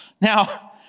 Now